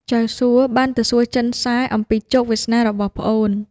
ចៅសួបានទៅសួរចិនសែអំពីជោគវាសនារបស់ប្អូន។